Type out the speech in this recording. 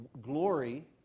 glory